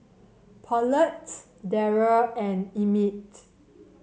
Paulette Darrel and Emmitt